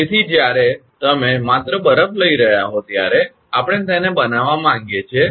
તેથી જ્યારે તમે માત્ર બરફ લઈ રહ્યા હો ત્યારે આપણે તેને બનાવવા માંગીએ છીએ